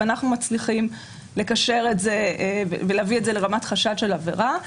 ואנחנו מצליחים לקשר את זה ולהביא את זה לרמת חשד של עבירה.